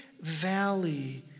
valley